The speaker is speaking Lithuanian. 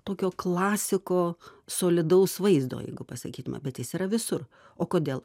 tokio klasiko solidaus vaizdo jeigu pasakytume bet jis yra visur o kodėl